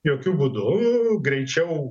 jokiu būdu greičiau